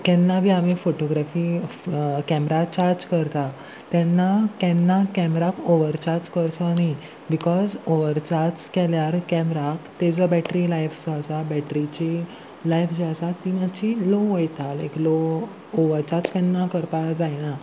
केन्ना बी आमी फोटोग्राफी कॅमरा चार्ज करता तेन्ना केन्ना कॅमराक ओवर चार्ज करचो न्ही बिकॉज ओवर चार्ज केल्यार कॅमराक तेजो बॅटरी लायफ जो आसा बॅटरीची लायफ जी आसा ती मातशी लो वयता लायक लो ओवर चार्ज केन्ना करपा जायना